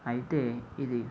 అయితే ఇది